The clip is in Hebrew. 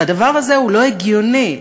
והדבר הזה לא הגיוני,